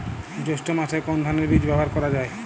জৈষ্ঠ্য মাসে কোন ধানের বীজ ব্যবহার করা যায়?